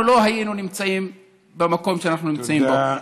אנחנו לא היינו נמצאים במקום שאנחנו נמצאים בו.